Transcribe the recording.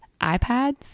iPads